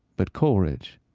but coleridge,